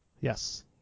Yes